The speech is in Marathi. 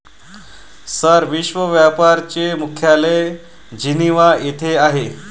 सर, विश्व व्यापार चे मुख्यालय जिनिव्हा येथे आहे